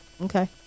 Okay